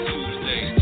Tuesday